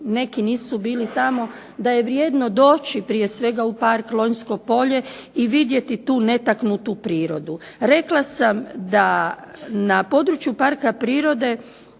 neki nisu bili tamo da je vrijedno doći prije svega u Parka prirode Lonjsko polje i vidjeti tu netaknutu prirodu. Rekla sam da na području parka prirode